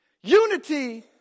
Unity